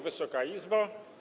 Wysoka Izbo!